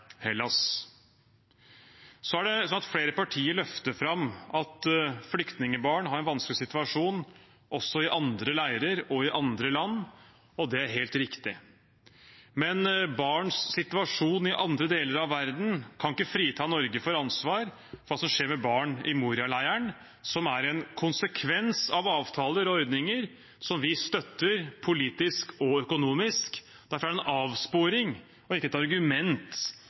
Flere partier løfter fram at flyktningbarn har en vanskelig situasjon også i andre leirer og i andre land, og det er helt riktig. Men barns situasjon i andre deler av verden kan ikke frita Norge for ansvar for hva som skjer med barn i Moria-leiren, som er en konsekvens av avtaler og ordninger vi støtter politisk og økonomisk. Derfor er det en avsporing og ikke et argument